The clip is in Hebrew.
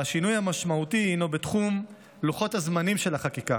והשינוי המשמעותי הוא בתחום לוחות הזמנים של החקיקה.